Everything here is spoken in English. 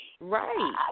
Right